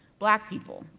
black people,